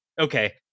okay